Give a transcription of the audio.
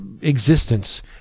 existence